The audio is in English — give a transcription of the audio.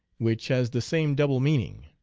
which has the same double meaning.